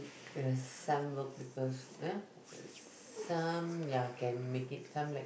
there's some more people ya some ya can make it some like